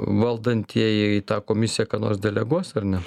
valdantieji į tą komisiją ką nors deleguos ar ne